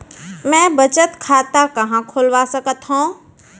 मै बचत खाता कहाँ खोलवा सकत हव?